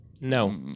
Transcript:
No